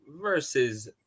versus